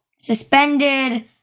suspended